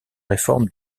réformes